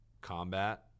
combat